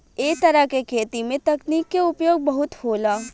ऐ तरह के खेती में तकनीक के उपयोग बहुत होला